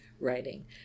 writing